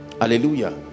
Hallelujah